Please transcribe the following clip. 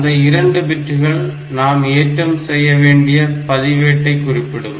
அந்த இரண்டு பிட்டுகள் நாம் ஏற்றம் செய்ய வேண்டிய பதிவேட்டை குறிப்பிடும்